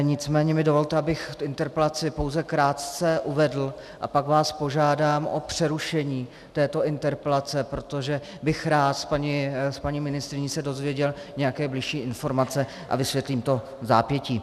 Nicméně mi dovolte, abych tu interpelaci pouze krátce uvedl, a pak vás požádám o přerušení této interpelace, protože bych se rád od paní ministryně dozvěděl nějaké bližší informace, a vysvětlím to vzápětí.